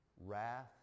Wrath